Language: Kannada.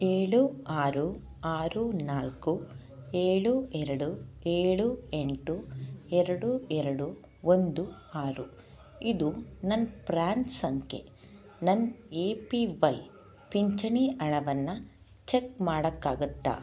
ಏಳು ಆರು ಆರು ನಾಲ್ಕು ಏಳು ಎರಡು ಏಳು ಎಂಟು ಎರಡು ಎರಡು ಒಂದು ಆರು ಇದು ನನ್ನ ಪ್ರ್ಯಾನ್ ಸಂಖ್ಯೆ ನನ್ನ ಎ ಪಿ ವೈ ಪಿಂಚಣಿ ಹಣವನ್ನ ಚೆಕ್ ಮಾಡೋಕ್ಕಾಗುತ್ತ